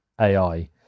AI